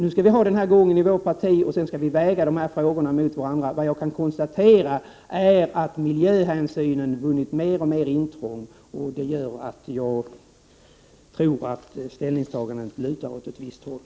Nu skall vi ha denna gång i vårt parti, och sedan skall vi väga frågorna mot varandra. Jag kan konstatera att miljöhänsynen har vunnit mer och mer intrång, och det 129 gör att jag tror att ställningstagandet lutar åt ett visst håll.